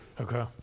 Okay